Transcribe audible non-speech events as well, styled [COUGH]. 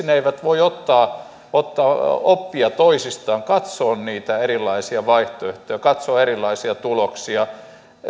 [UNINTELLIGIBLE] ne eivät voi ottaa ottaa oppia toisistaan katsoa niitä erilaisia vaihtoehtoja katsoa erilaisia tuloksia